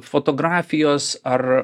fotografijos ar